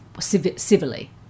civilly